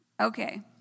Okay